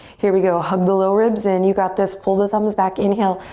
here we go, hug the low ribs in you got this. pull the thumbs back. inhale,